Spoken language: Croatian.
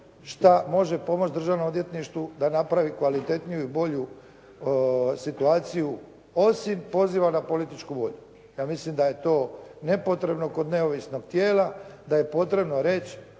što možemo pomoći državnom odvjetništvu da napravi kvalitetniju i bolju situaciju osim poziva na političku volju. Ja mislim da je to nepotrebno kod neovisnog tijela, da je potrebno reći